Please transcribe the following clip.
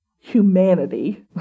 humanity